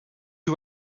you